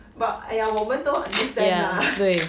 but 哎呀我们都 understand lah